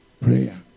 prayer